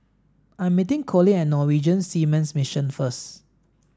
I'm meeting Collin at Norwegian Seamen's Mission first